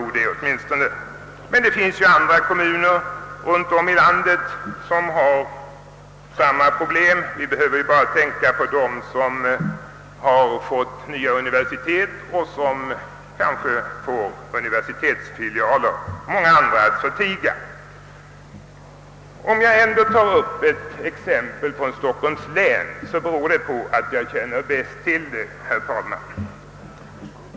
Men det finns ju andra kommuner runtom i landet som har samma problem. Vi behöver då bara tänka på dem som fått nya universitet och på dem som kanske kommer att få universitetsfilialer, många andra att förtiga. Om jag ändå, herr talman, tar ett exempel från Stockholms län, beror detta på att jag bäst känner till detsamma.